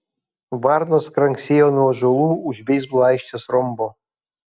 varnos kranksėjo nuo ąžuolų už beisbolo aikštės rombo